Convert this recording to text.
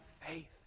faith